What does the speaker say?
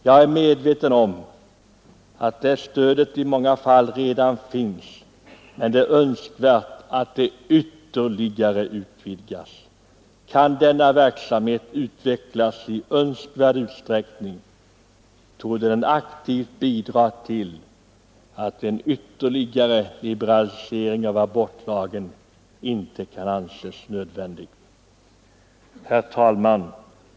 Jag är medveten om att det stödet i många fall redan finns, men det är önskvärt att det ytterligare utvidgas. Kan denna verksamhet utvecklas i önskvärd utsträckning, torde detta aktivt bidra till att en ytterligare liberalisering av abortlagen inte kan anses nödvändig. Herr talman!